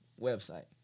website